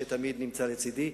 שתמיד נמצא לצדי,